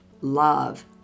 love